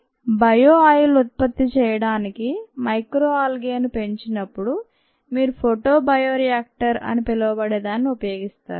కాబట్టి bio oil ఉత్పత్తి చేయడానికి మైక్రోఆల్గే ను పెంచినప్పుడు మీరు ఫోటోబయోరియాక్టర్ అని పిలవబడే దానిని ఉపయోగిస్తారు